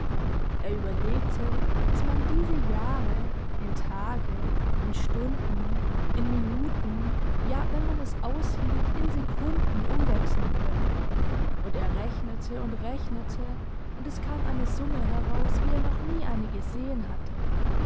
er überlegte daß man diese jahre in tage in stunden in minuten ja wenn man es aushielt in sekunden umwechseln könne und er rechnete und rechnete und es kam eine summe heraus wie er noch nie eine gesehen hatte